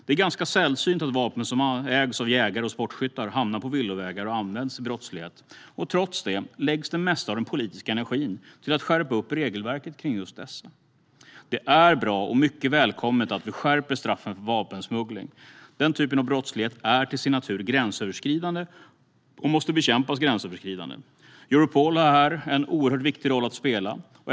Det är ganska sällsynt att vapen som ägs av jägare och sportskyttar hamnar på villovägar och används till brottslighet. Trots det läggs det mesta av den politiska energin på att skärpa regelverket kring just dessa. Det är bra och mycket välkommet att vi skärper straffen för vapensmuggling. Den typen av brottslighet är till sin natur gränsöverskridande och måste bekämpas gränsöverskridande. Europol har här en oerhört viktig roll att spela.